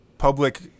public